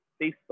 Facebook